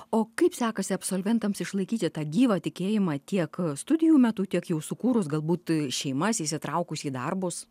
o kaip sekasi absolventams išlaikyti tą gyvą tikėjimą tiek studijų metu tiek jau sukūrus galbūt šeimas įsitraukus į darbus